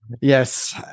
Yes